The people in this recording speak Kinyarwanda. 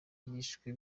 yishwe